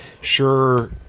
Sure